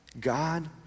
God